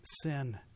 sin